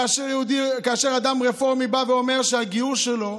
וכאשר אדם רפורמי בא ואומר שהגיור שלו,